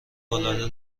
العاده